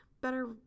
better